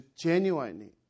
genuinely